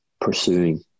pursuing